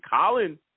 Colin